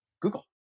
Google